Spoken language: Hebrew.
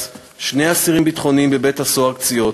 שני אסירים ביטחוניים בבית- הסוהר "קציעות",